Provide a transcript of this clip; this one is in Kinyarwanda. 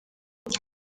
kuki